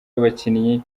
abakinnyi